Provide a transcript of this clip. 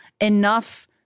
enough